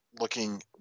looking